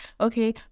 okay